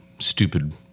stupid